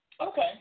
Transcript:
Okay